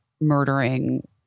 murdering